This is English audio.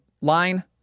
line